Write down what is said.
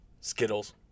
Skittles